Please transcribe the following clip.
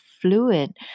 fluid